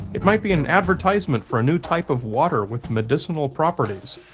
it might be an advertisement for a new type of water with medicinal properties,